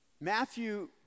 Matthew